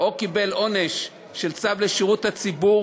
או קיבל עונש של צו לשירות הציבור